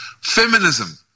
feminism